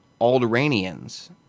Alderanians